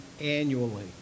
annually